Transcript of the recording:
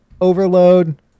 overload